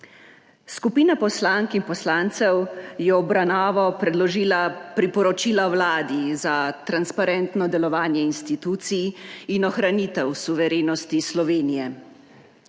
Skupina poslank in poslancev je v obravnavo predložila priporočila Vladi za transparentno delovanje institucij in ohranitev suverenosti Slovenije.